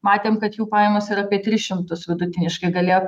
matėm kad jų pajamos ir apie tris šimtus vidutiniškai galėjo